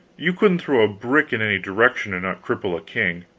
you couldn't throw a brick in any direction and not cripple a king.